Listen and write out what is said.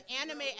anime